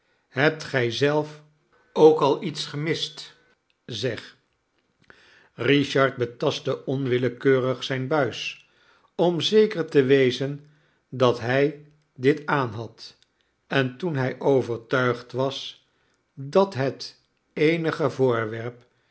hebt gij zelf ook al iets gemist zeg richard betastte onwillekeurig zijn buis om zeker te wezen dat hij dit aan had en toen hij overtuigd was dat het eenige voorwerp